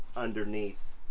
underneath